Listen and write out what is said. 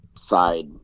Side